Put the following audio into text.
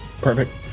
Perfect